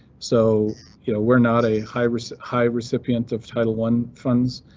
so you know we're not a high risk high recipient of title one funds